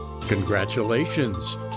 Congratulations